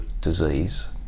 disease